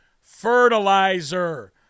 Fertilizer